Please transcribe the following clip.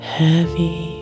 heavy